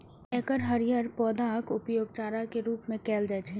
एकर हरियर पौधाक उपयोग चारा के रूप मे कैल जाइ छै